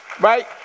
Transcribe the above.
right